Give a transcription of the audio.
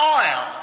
oil